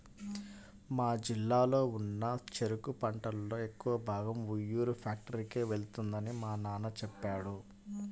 మా జిల్లాలో ఉన్న చెరుకు పంటలో ఎక్కువ భాగం ఉయ్యూరు ఫ్యాక్టరీకే వెళ్తుందని మా నాన్న చెప్పాడు